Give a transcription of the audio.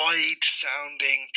Wide-sounding